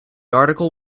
article